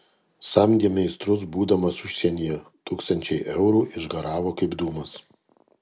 samdė meistrus būdamas užsienyje tūkstančiai eurų išgaravo kaip dūmas